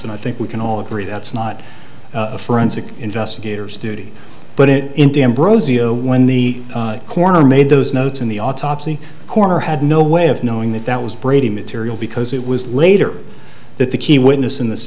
and i think we can all agree that's not forensic investigators duty but it in d'ambrosio when the coroner made those notes in the autopsy coroner had no way of knowing that that was brady material because it was later that the key witness in this